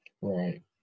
Right